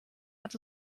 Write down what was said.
hat